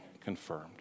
confirmed